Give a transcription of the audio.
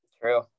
True